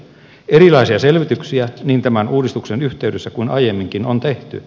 erilaisia selvityksiä niin tämän uudistuksen yhteydessä kuin aiemminkin on tehty